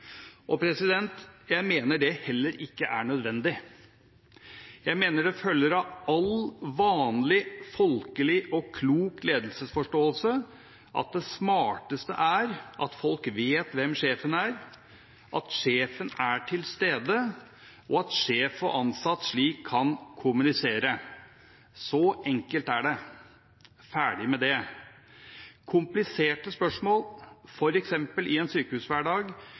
Jeg mener det heller ikke er nødvendig. Jeg mener det følger av all vanlig, folkelig og klok ledelsesforståelse at det smarteste er at folk vet hvem sjefen er, at sjefen er til stede, og at sjef og ansatt slik kan kommunisere. Så enkelt er det. Ferdig med det. Kompliserte spørsmål, f.eks. i en sykehushverdag,